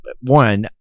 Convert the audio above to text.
one –